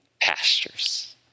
pastures